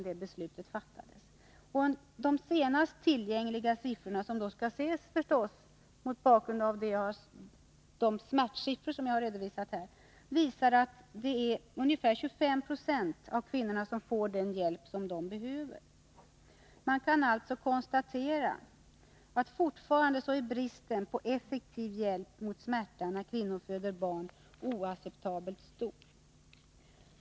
De senaste tillgängliga siffrorna, som förstås skall ses mot bakgrund av de ”smärtsiffror” som jag har redovisat här, visar att knappt 20 90 av kvinnorna får den hjälp de behöver. Man kan alltså konstatera att bristen på effektiv hjälp mot smärta när kvinnor föder barn fortfarande är oacceptabelt stor.